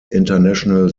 international